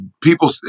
people